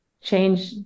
change